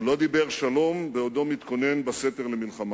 הוא לא דיבר שלום בעודו מתכונן בסתר למלחמה,